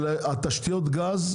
תשתיות גז,